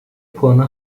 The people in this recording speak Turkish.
puanı